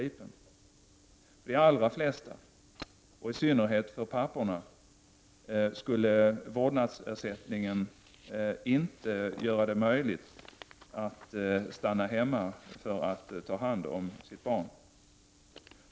För de allra flesta — och i synnerhet för papporna — skulle vårdnadsersättningen inte göra det möjligt att stanna hemma för att ta hand om sitt barn.